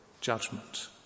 judgment